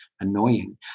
annoying